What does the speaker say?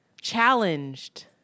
challenged